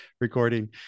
recording